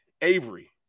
Avery